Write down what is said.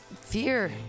Fear